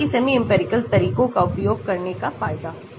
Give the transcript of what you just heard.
ताकि semi empirical तरीकों का उपयोग करने का फायदा हो